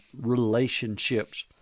relationships